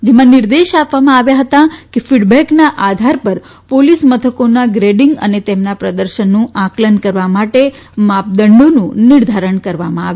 જેમાં આદેશ આપવામાં આવ્યા હતા કે ફીડબેકના આધાર પર પોલીસ મથકોની ગ્રેડીંગ અને તેમના પ્રદર્શનનું આંકલન કરવા માટે માપદંડોનું નિર્ધારણ કરવામાં આવે